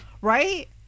right